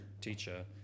teacher